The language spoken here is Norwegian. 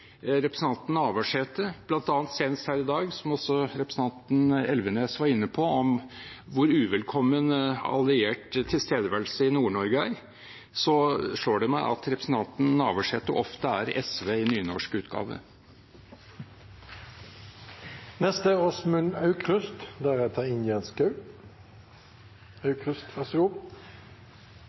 representanten Navarsete, senest her i dag, som også representanten Elvenes var inne på, om hvor uvelkommen alliert tilstedeværelse i Nord-Norge er, slår det meg at representanten Navarsete ofte er SV i nynorsk utgave. Den 25. november møtte utenriksministeren i Stortingets spørretime. Der fortalte hun at UNRWA var